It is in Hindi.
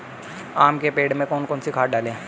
आम के पेड़ में कौन सी खाद डालें?